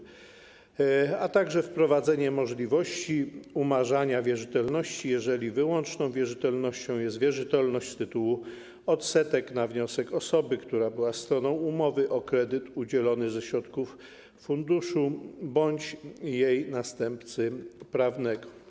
W projekcie ustawy proponuje się także wprowadzenie możliwości umarzania wierzytelności, jeżeli wyłączną wierzytelnością jest wierzytelność z tytułu odsetek na wniosek osoby, która była stroną umowy o kredyt udzielony ze środków funduszu, bądź jej następcy prawnego.